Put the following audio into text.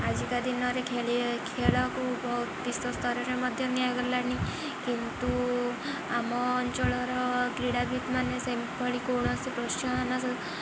ଆଜିକା ଦିନରେ ଖେଳକୁ ବହୁତ ବିଶ୍ୱସ୍ତରରେ ମଧ୍ୟ ନିଆଗଲାଣି କିନ୍ତୁ ଆମ ଅଞ୍ଚଳର କ୍ରୀଡ଼ାବିତମାନେ ସେଭଳି କୌଣସି ପ୍ରୋତ୍ସାହନ